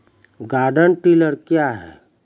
Garden tiller क्या हैं?